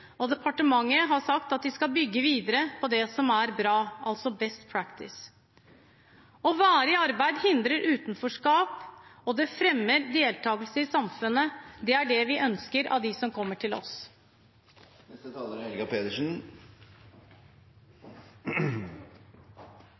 og departementet har sagt at de skal bygge videre på det som er bra, altså «best practice». Å være i arbeid hindrer utenforskap og fremmer deltagelse i samfunnet. Det er det vi ønsker av dem som kommer til oss. Det er